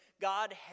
God